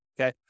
okay